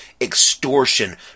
extortion